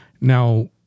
now